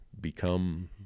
become